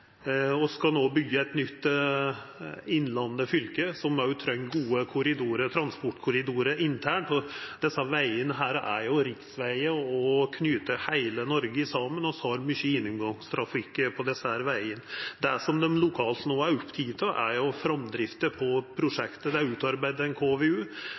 skal no byggja eit nytt Innlandet fylke, som treng gode transportkorridorar internt, og desse vegane er jo riksvegar og knyter heile Noreg saman. Vi har mykje gjennomgangstrafikk på desse vegane. Det som ein lokalt no er oppteken av, er framdrifta på prosjektet. Det har vorte utarbeidd ein KVU,